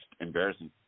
embarrassing